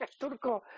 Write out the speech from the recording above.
Turco